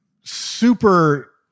super